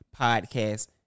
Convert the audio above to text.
Podcast